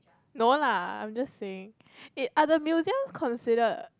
no lah I'm just saying eh are the museums considered